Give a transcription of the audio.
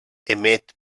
emet